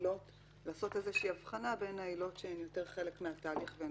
לעשות הבחנה בין העילות שהן חלק מהתהליך והן